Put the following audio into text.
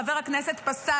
חבר הכנסת פסל,